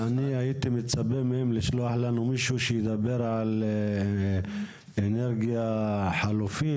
אני הייתי מצפה מהם לשלוח לנו מישהו שידבר על אנרגיה חלופית,